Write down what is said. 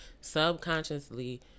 Subconsciously